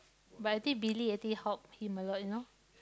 but I think Billy I think help him a lot you know